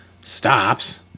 stops